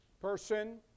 person